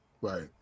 right